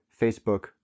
Facebook